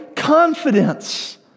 confidence